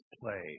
play